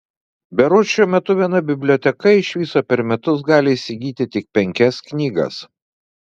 berods šiuo metu viena biblioteka iš viso per metus gali įsigyti tik penkias knygas